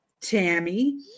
Tammy